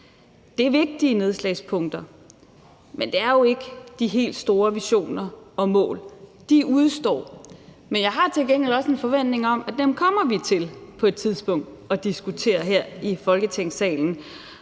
Det er vigtige nedslagspunkter, men det er jo ikke de helt store visioner og mål. De udestår. Men jeg har til gengæld også en forventning om, at dem kommer vi til på et tidspunkt at diskutere her i Folketingssalen,